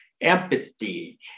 empathy